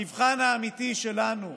המבחן האמיתי שלנו,